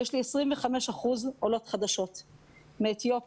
יש לי 25% עולות חדשות מאתיופיה,